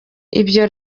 ibyo